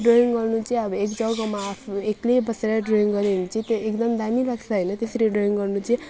drawing गर्नु चाहिँ अब एक जग्गामा आफू एक्लै बसेर ड्रइङ गऱ्यो भने चाहिँ त्यो एकदम दामी लाग्छ होइन त्यसरी ड्रइङ गर्नु चाहिँ